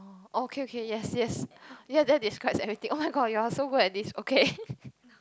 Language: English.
oh okay okay yes yes ya that describes everything oh-my-god you're so good at this okay